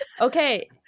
Okay